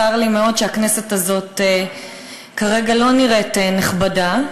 צר לי מאוד שהכנסת הזאת כרגע לא נראית נכבדה,